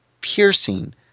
piercing